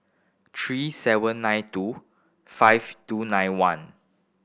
three seven nine two five two nine one